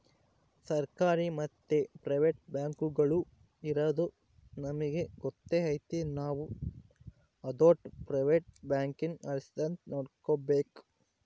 ಸರ್ಕಾರಿ ಮತ್ತೆ ಪ್ರೈವೇಟ್ ಬ್ಯಾಂಕುಗುಳು ಇರದು ನಮಿಗೆ ಗೊತ್ತೇ ಐತೆ ನಾವು ಅದೋಟು ಪ್ರೈವೇಟ್ ಬ್ಯಾಂಕುನ ಅಳಿಸದಂತೆ ನೋಡಿಕಾಬೇಕು